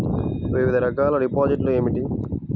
వివిధ రకాల డిపాజిట్లు ఏమిటీ?